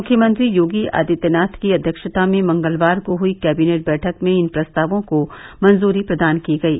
मुख्यमंत्री योगी आदित्यनाथ की अध्यक्षता में मंगलवार को हुयी कैबिनेट बैठक में इन प्रस्तावों को मंजूरी प्रदान की गयी